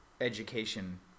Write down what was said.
education